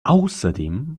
außerdem